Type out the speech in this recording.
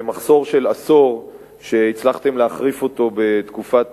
מחסור של עשור שהצלחתם להחריף אותו בתקופת